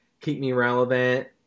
keep-me-relevant